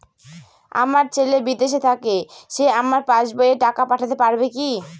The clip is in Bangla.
আমার ছেলে বিদেশে থাকে সে আমার পাসবই এ টাকা পাঠাতে পারবে কি?